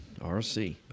RC